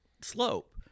slope